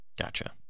Gotcha